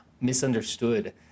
misunderstood